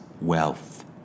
wealth